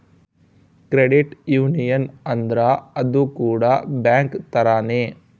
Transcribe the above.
credit union ಅಂದ್ರ ಅದು ಕೂಡ ಬ್ಯಾಂಕ್ ತರಾನೇ